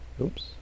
oops